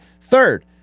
Third